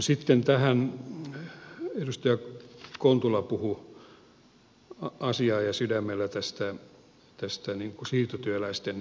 sitten edustaja kontula puhui asiaa ja sydämellä tästä siirtotyöläisten asemasta